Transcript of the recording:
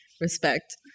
respect